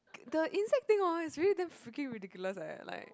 the inside things orh is really damn freaking ridiculous eh like